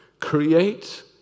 create